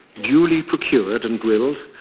duly procured and grilled,